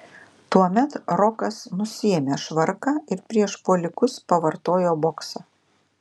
tuomet rokas nusiėmė švarką ir prieš puolikus pavartojo boksą